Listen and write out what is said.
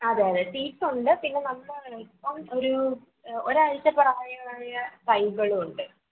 അതെ അതെ സീഡ്സ് ഉണ്ട് പിന്നെ നമ്മൾ ഒരു ഒരാഴ്ചകളായ പ്രായമായ തൈകളും ഉണ്ട്